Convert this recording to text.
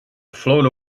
float